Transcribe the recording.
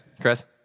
Chris